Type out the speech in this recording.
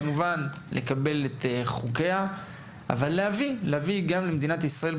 כמובן לקבל את חוקיה אבל להביא למדינת ישראל.